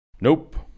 Nope